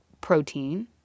protein